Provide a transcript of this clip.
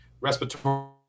respiratory